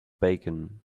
bacon